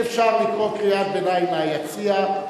אי-אפשר לקרוא קריאת ביניים מהיציע,